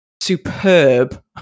superb